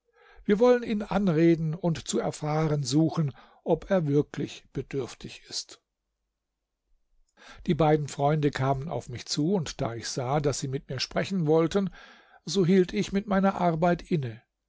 wir wollen ihn anreden und zu erfahren suchen ob er wirklich bedürftig ist die beiden freunde kamen auf mich zu und da ich sah daß sie mit mir sprechen wollten so hielt ich mit meiner arbeit inne